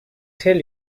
tell